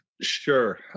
Sure